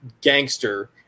gangster